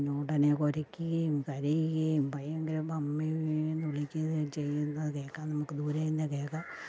ഉടനെ കുരക്കുകയും കരയുകയും ഭയങ്കര മമ്മേയെന്നു വിളിക്കുകയും ചെയ്യുന്നത് കേൾക്കാൻ നമുക്ക് ദൂരെനിന്നേ കേൾക്കാം